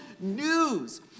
News